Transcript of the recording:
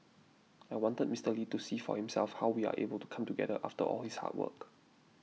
I wanted Mister Lee to see for himself how we are able to come together after all his hard work